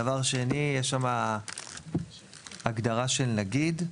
דבר שני, יש שם הגדרה של "נגיד"